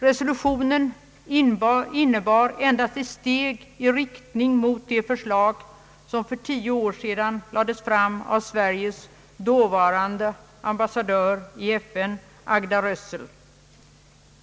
Resolutionen innebar endast ett steg i riktning mot det förslag som för tio år sedan lades fram av Sveriges dåvarande ambassadör i FN, Agda Rössel.